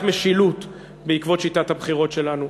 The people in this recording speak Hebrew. משילות בעקבות שיטת הבחירות שלנו.